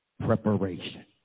preparation